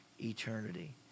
eternity